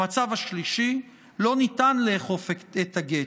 המצב השלישי: לא ניתן לאכוף את הגט.